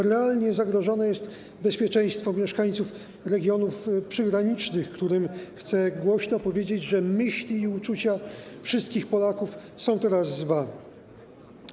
Realnie zagrożone jest bezpieczeństwo mieszkańców regionów przygranicznych, którym chcę głośno powiedzieć, że myśli i uczucia wszystkich Polaków są teraz z nimi.